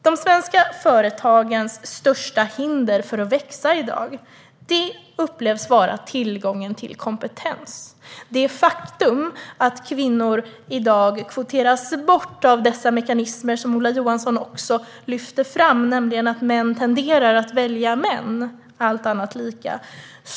De svenska företagens största hinder mot att växa upplevs i dag vara tillgången till kompetens. I dag kvoteras kvinnor bort på grund av de mekanismer som Ola Johansson också lyfte fram, nämligen att män tenderar att välja män - allt annat lika.